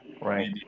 Right